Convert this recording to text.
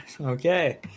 okay